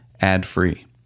ad-free